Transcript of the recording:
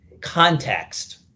context